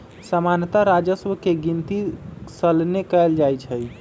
सामान्तः राजस्व के गिनति सलने कएल जाइ छइ